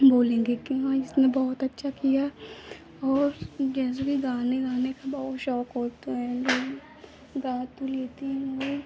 बोलेंगे कि हाँ इसने बहुत अच्छा किया और कैसे भी गाने गाने का बहुत शौक होता है लोगों गा तो लेते हैं मगर